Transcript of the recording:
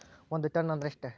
ಒಂದ್ ಟನ್ ಅಂದ್ರ ಎಷ್ಟ?